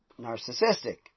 narcissistic